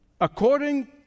According